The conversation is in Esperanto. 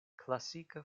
klasika